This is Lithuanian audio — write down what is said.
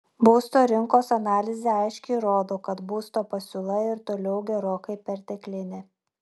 būsto rinkos analizė aiškiai rodo kad būsto pasiūla ir toliau gerokai perteklinė